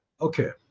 Okay